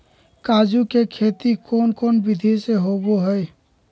काजू के खेती कौन कौन विधि से होबो हय?